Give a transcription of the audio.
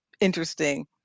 interesting